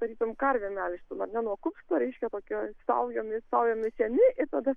tarytum karvę melžti ar ne nuo kupsto reiškia tokiom saujomis saujomis semi ir tada